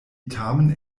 tamen